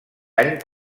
any